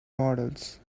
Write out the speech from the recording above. models